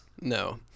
No